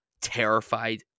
terrified